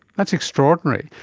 that's extraordinary.